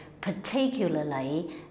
particularly